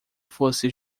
fosse